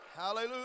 Hallelujah